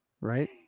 Right